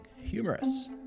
humorous